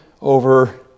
over